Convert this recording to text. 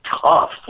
tough